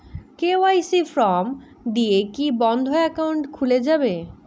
KYC form দিয়ে কি বন্ধ একাউন্ট খুলে যাবে?